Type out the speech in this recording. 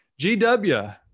GW